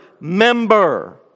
member